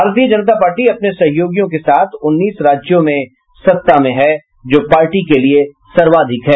भारतीय जनता पार्टी अपने सहयोगियों के साथ उन्नीस राज्यों में सत्ता में है जो पार्टी के लिए सर्वाधिक है